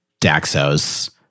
Daxos